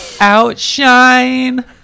Outshine